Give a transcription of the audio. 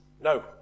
no